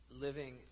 Living